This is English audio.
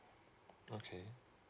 okay